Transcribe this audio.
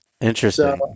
Interesting